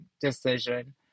decision